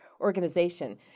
organization